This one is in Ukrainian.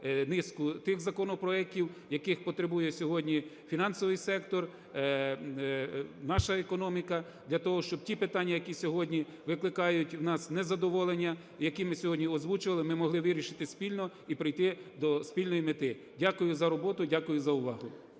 низку тих законопроектів, яких потребує сьогодні фінансовий сектор, наша економіка, для того, щоб ті питання, які сьогодні викликають у нас незадоволення, які ми сьогодні озвучували, ми могли вирішити спільно і прийти до спільної мети. Дякую за роботу. Дякую за увагу.